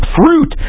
fruit